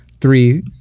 three